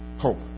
Hope